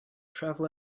travel